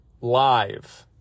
Live